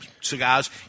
cigars